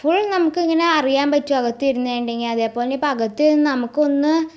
full നമുക്കിങ്ങനെ അറിയാൻ പറ്റും അകത്തിരുന്നിട്ടുണ്ടെങ്കില് അതേപോലെ പ്പ അകത്തിരുന്ന് നമുക്കൊന്ന്